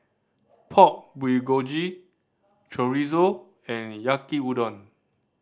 Pork Bulgogi Chorizo and Yaki Udon